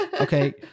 okay